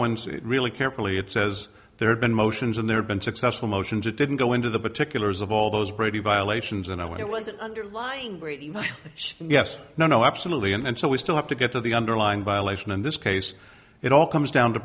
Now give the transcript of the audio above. it really carefully it says there have been motions and there have been successful motions that didn't go into the particulars of all those brady violations and i wasn't underlying brady but yes no no absolutely and so we still have to get to the underlying violation in this case it all comes down to